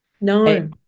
No